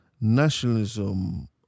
nationalism